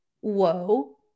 Whoa